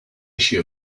issue